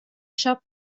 siop